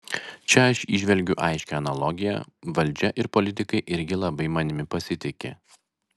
čia aš įžvelgiu aiškią analogiją valdžia ir politikai irgi labai manimi pasitiki